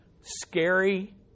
scary